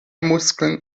muskeln